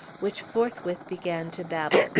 which forthwith began to babble,